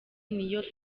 niyo